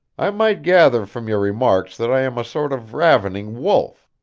i might gather from your remarks that i am a sort of ravening wolf,